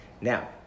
Now